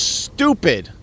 stupid